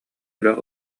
үрэх